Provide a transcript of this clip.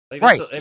Right